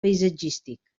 paisatgístic